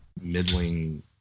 middling